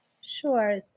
Sure